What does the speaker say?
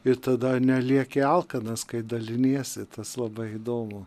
ir tada nelieki alkanas kai daliniesi tas labai įdomu